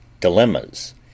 dilemmas